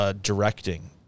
directing